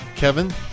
Kevin